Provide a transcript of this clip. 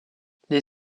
les